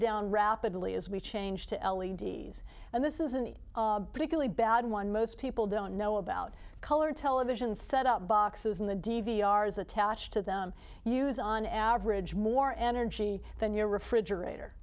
down rapidly as we change to l e d s and this isn't a particularly bad one most people don't know about color television set up boxes in the d v r is attached to them use on average more energy than your refrigerator